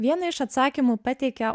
vieną iš atsakymų pateikia